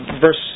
Verse